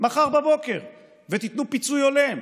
מחר בבוקר ותיתנו פיצוי הולם,